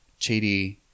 Chidi